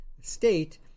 state